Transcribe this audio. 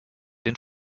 den